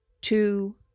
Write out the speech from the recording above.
two